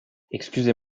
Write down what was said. excusez